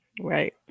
right